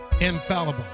infallible